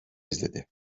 izledi